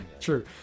True